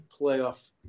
playoff